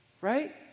right